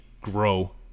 grow